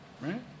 Right